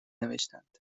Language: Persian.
نوشتند